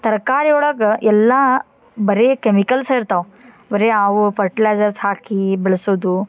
ತರಕಾರಿ ಒಳಗೆ ಎಲ್ಲ ಬರೇ ಕೆಮಿಕಲ್ಸೇ ಇರ್ತಾವೆ ಬರೇ ಅವು ಫರ್ಟಿಲೈಸರ್ಸ್ ಹಾಕಿ ಬೆಳೆಸೋದು